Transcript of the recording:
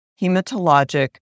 hematologic